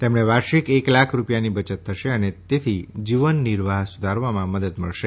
તેમને વાર્ષિક એક લાખ રૂપિયાની બચત થશે અને તેથી જીવનનિર્વાહ સુધારવામાં મદદ મળશે